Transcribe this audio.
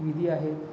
विधी आहेत